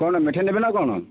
କଣ ମିଠେଇ ନେବେ ନା ଆଉ କ'ଣ